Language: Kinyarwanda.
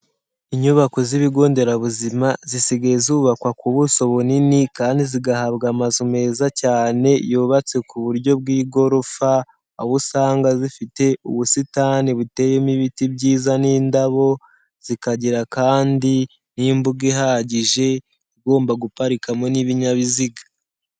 Inyubako z'ibigo nderabuzima zisigaye zubakwa ku buso bunini kandi zigahabwa amazu meza cyane yubatse ku buryo bw'igorofa, aho usanga zifite ubusitani buteyemo ibiti byiza n'indabo, zikagira kandi n'imbuga ihagije igomba guparikamo n'ibinyabiziga.